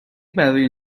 برای